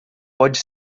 pode